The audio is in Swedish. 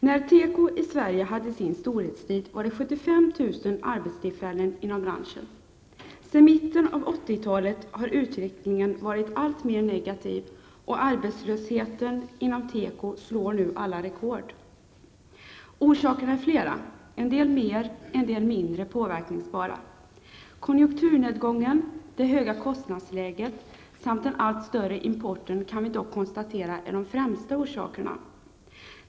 När tekoindustrin i Sverige hade sin storhetstid fanns det 75 000 arbetstillfällen inom branschen. Sedan mitten av 80-talet har utvecklingen varit alltmer negativ, och arbetslösheten inom teko slår nu alla rekord! Orsakerna är flera, en del mer, en del mindre påverkningsbara. Konjunkturnedgången, det höga kostnadsläget samt den allt större importen kan vi dock konstatera är de främsta orsakerna.